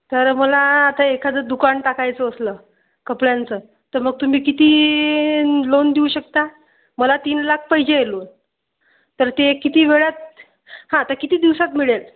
तर मला आता एखादं दुकान टाकायचं असलं कपड्यांचं तर मग तुम्ही किती लोन देऊ शकता मला तीन लाख पाहिजे आहे लोन तर ते किती वेळात हां तर किती दिवसात मिळेल